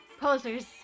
Posers